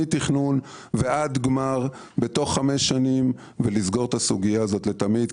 מתכנון ועד גמר תוך חמש שנים ולסגור את הסוגיה הזאת לתמיד.